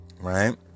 right